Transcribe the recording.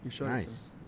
nice